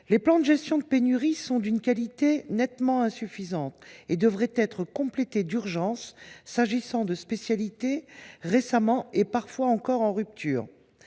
Les plans de gestion des pénuries sont d’une qualité nettement insuffisante et devraient être complétés d’urgence s’agissant de spécialités qui ont récemment été en rupture